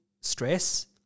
stress